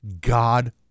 god